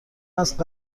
است